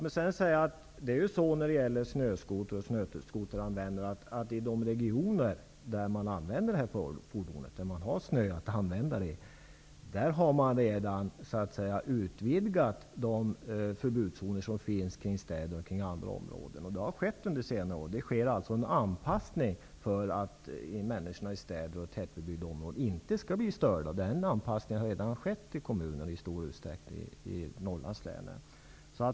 I de regioner där det finns snö och man använder snöskotrar har man redan utvidgat de förbudszoner som finns kring städer och andra områden. Det har gjorts under senare år. Det sker alltså en anpassning för att människorna i städer och tätbebyggda områden inte skall bli störda. Denna anpassning har i stor utsträckning redan skett i kommunerna i Norrlandslänen.